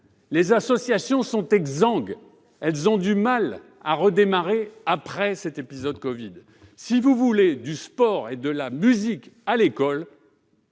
Les associations sont exsangues ; elles ont du mal à redémarrer après l'épisode du covid. Si vous voulez du sport et de la musique à l'école